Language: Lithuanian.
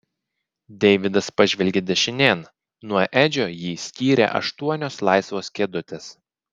deividas pažvelgė dešinėn nuo edžio jį skyrė aštuonios laisvos kėdutės